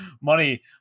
money